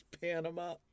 Panama